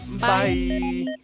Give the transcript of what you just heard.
Bye